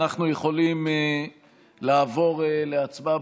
אנחנו יכולים לעבור להצבעה,